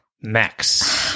Max